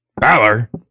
Valor